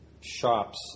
shops